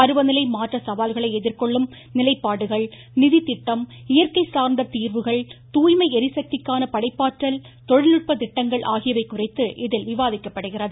பருவநிலை மாற்ற சவால்களை எதிர்கொள்ளும் நிலைப்பாடுகள் நிதித்திட்டம் இயற்கை சார்ந்த தீர்வுகள் தூய்மை ளிசக்திக்கான படைப்பாற்றல் தொழில்நுட்ப திட்டங்கள் ஆகியவை குறித்து இதில் விவாதிக்கப்படுகிறது